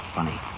Funny